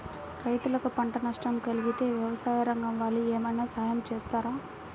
రైతులకు పంట నష్టం కలిగితే వ్యవసాయ రంగం వాళ్ళు ఏమైనా సహాయం చేస్తారా?